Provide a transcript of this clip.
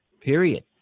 period